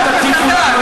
אל תטיף לי כלום,